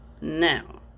now